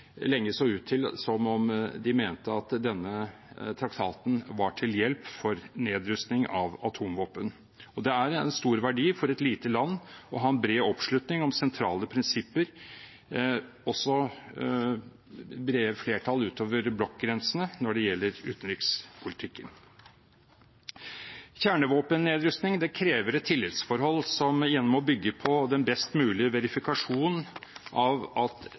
lenge så ut som om de mente at denne traktaten var til hjelp for atomvåpennedrustning. Det er en stor verdi for et lite land å ha en bred oppslutning om sentrale prinsipper, også brede flertall utover blokkgrensene, når det gjelder utenrikspolitikken. Kjernevåpennedrustning krever et tillitsforhold som igjen må bygge på den best mulige verifikasjon av at